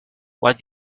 what